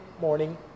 morning